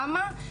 למה?